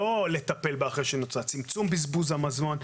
לצמצום בזבוז המזון.